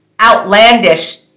outlandish